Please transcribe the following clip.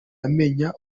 amenya